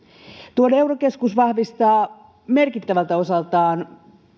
tuo neurokeskus vahvistaa merkittävältä osaltaan